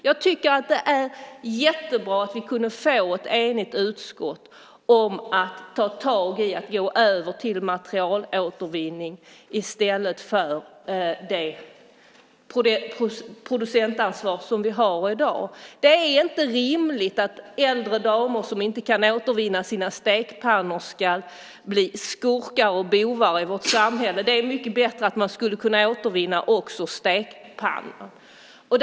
Jag tycker att det är jättebra att vi kunde få ett enigt utskott att ta tag i att gå över till materialåtervinning i stället för det producentansvar som vi har i dag. Det är inte rimligt att äldre damer som inte kan återvinna sina stekpannor ska bli skurkar och bovar i vårt samhälle. Det vore mycket bättre om man kunde återvinna också stekpannor.